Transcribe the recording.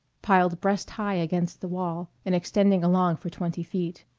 piled breast-high against the wall, and extending along for twenty feet.